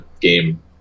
game